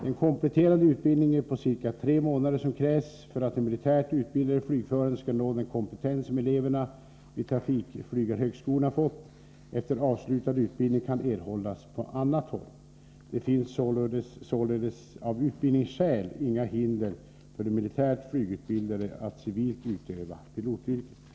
Den kompletterande utbildning på ca 3 månader som krävs för att den militärt utbildade flygföraren skall nå den kompetens som eleverna vid trafikflygarhögskolan fått efter avslutad utbildning kan erhållas på annat håll. Det finns således av utbildningsskäl inga hinder för de militärt flygutbildade att civilt utöva pilotyrket.